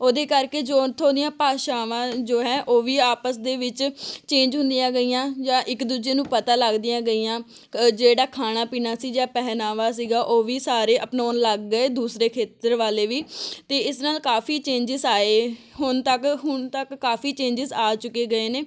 ਉਹਦੇ ਕਰਕੇ ਜੋ ਉੱਥੋਂ ਦੀਆਂ ਭਾਸ਼ਾਵਾਂ ਜੋ ਹੈ ਉਹ ਵੀ ਆਪਸ ਦੇ ਵਿੱਚ ਚੇਂਜ ਹੁੰਦੀਆਂ ਗਈਆਂ ਜਾਂ ਇੱਕ ਦੂਜੇ ਨੂੰ ਪਤਾ ਲੱਗਦੀਆਂ ਗਈਆਂ ਜਿਹੜਾ ਖਾਣਾ ਪੀਣਾ ਸੀ ਜਾਂ ਪਹਿਨਾਵਾ ਸੀਗਾ ਉਹ ਵੀ ਸਾਰੇ ਅਪਣਾਉਣ ਲੱਗ ਗਏ ਦੂਸਰੇ ਖੇਤਰ ਵਾਲੇ ਵੀ ਅਤੇ ਇਸ ਨਾਲ ਕਾਫੀ ਚੇਂਜਿਸ ਆਏ ਹੁਣ ਤੱਕ ਹੁਣ ਤੱਕ ਕਾਫੀ ਚੇਂਜਿਸ ਆ ਚੁੱਕੇ ਗਏ ਨੇ